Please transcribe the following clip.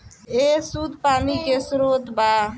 ए शुद्ध पानी के स्रोत बा